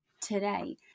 today